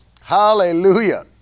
Hallelujah